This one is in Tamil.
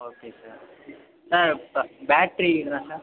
ஓகே சார் சார் ப பேட்டரி இதெலாம்